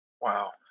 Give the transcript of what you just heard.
wow